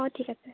অঁ ঠিক আছে